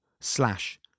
slash